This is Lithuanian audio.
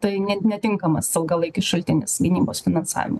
tai net netinkamas ilgalaikis šaltinis gynybos finansavimui